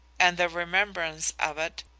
and the remembrance of it,